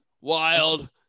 Wild